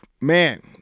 man